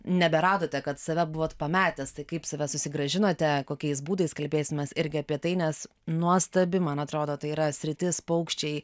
neberadote kad save buvot pametęs tai kaip save susigrąžinote kokiais būdais kalbėsimės irgi apie tai nes nuostabi man atrodo tai yra sritis paukščiai